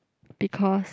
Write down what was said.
because